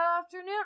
afternoon